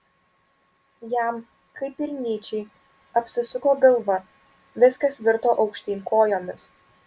jam kaip ir nyčei apsisuko galva viskas virto aukštyn kojomis